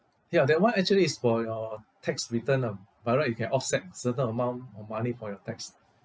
ya that [one] actually is for your tax return lah by right you can offset certain amount of money for your tax